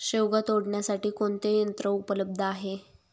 शेवगा तोडण्यासाठी कोणते यंत्र उपलब्ध आहे?